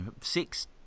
six